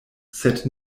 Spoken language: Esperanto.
sed